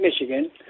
Michigan